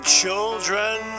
children